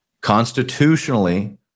constitutionally